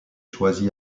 choisi